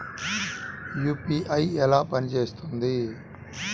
UPI ఎలా పనిచేస్తుంది?